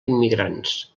immigrants